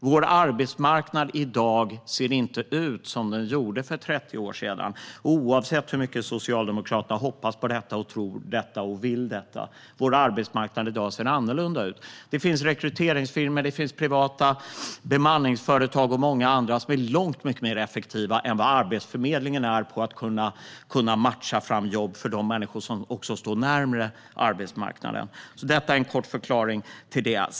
Vår arbetsmarknad i dag ser inte ut som den gjorde för 30 år sedan, oavsett hur mycket Socialdemokraterna hoppas på, tror och vill detta. Vår arbetsmarknad i dag ser annorlunda ut. Det finns rekryteringsfirmor, privata bemanningsföretag och många andra som är långt mer effektiva än Arbetsförmedlingen på att matcha fram jobb för de människor som står närmare arbetsmarknaden. Detta är en kort förklaring till det.